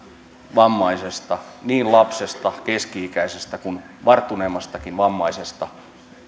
vammaisesta niin lapsesta keski ikäisestä kuin varttuneemmastakin vammaisesta